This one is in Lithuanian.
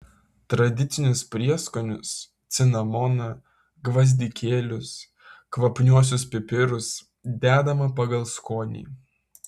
tradicinius prieskonius cinamoną gvazdikėlius kvapniuosius pipirus dedama pagal skonį